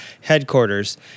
headquarters